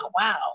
Wow